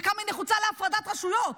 וכמה היא נחוצה להפרדת רשויות,